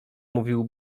mówił